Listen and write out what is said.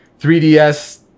3DS